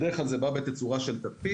בדרך כלל זה בא בתצורה של תדפיס.